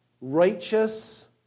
righteous